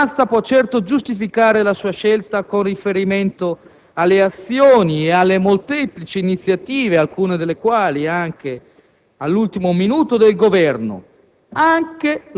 la minoranza può certo giustificare la sua scelta con riferimento alle azioni e alle molteplici iniziative, alcune delle quali all'ultimo minuto, del Governo,